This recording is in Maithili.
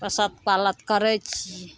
पोषत पालत करै छी